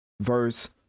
verse